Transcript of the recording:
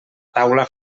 taula